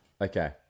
Okay